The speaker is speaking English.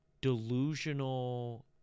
delusional